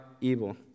evil